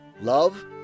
love